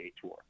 Tour